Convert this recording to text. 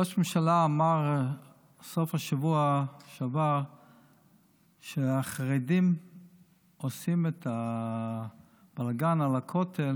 ראש הממשלה אמר בסוף שבוע שעבר שהחרדים עושים את הבלגן על הכותל